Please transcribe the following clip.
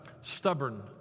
stubborn